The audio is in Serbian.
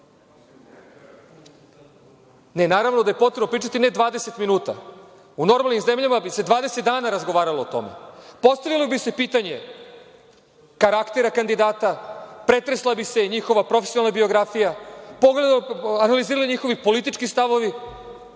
suda. Naravno da je potrebno pričati, ne 20 minuta, u normalnim zemljama bi se 20 dana razgovaralo o tome. Postavilo bi se pitanje karaktera kandidata, pretresla bi se njihova profesionalna biografija, analizirali njihovi politički stavovi,